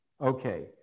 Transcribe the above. okay